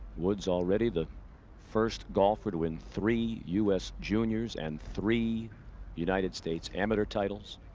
woods already the first golfer to win three us juniors and three united states amateur titles.